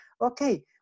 Okay